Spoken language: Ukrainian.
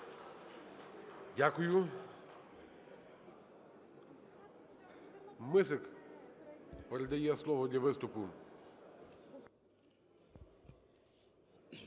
Дякую. Мисик передає слово для виступу